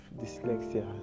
dyslexia